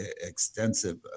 extensive